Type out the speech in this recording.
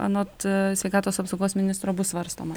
anot sveikatos apsaugos ministro bus svarstoma